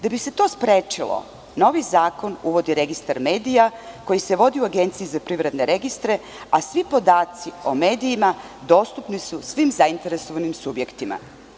Da bi se to sprečilo, novi zakon uvodi registar medija koji se vodi u APR-u, a svi podaci o medijima dostupni su svim zainteresovanim subjektima.